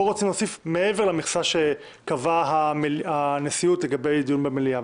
פה רוצים להוסיף מעבר למכסה שקבעה הנשיאות לגבי דיון במליאה.